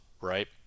right